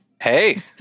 Hey